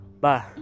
bye